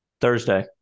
Thursday